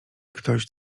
ktoś